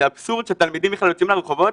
זה אבסורד שתלמידים יוצאים לרחובות